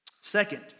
Second